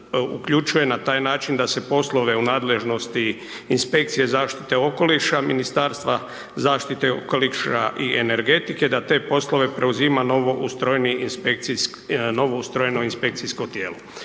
uključuje na taj način da se poslove u nadležnosti inspekcije zaštite okoliša Ministarstva zaštite okoliša i energetike, da te poslove preuzima novo ustrojeni inspekcijski,